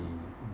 be